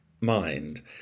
mind